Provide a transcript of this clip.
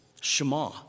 shema